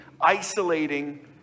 isolating